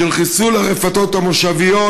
של חיסול הרפתות המושביות,